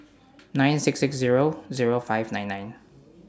nine six six Zero Zero five nine nine